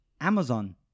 Amazon